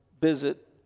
visit